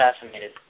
assassinated